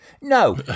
No